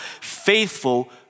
faithful